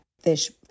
fish